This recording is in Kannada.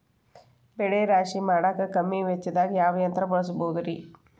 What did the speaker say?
ಬೆಳೆ ರಾಶಿ ಮಾಡಾಕ ಕಮ್ಮಿ ವೆಚ್ಚದಾಗ ಯಾವ ಯಂತ್ರ ಬಳಸಬಹುದುರೇ?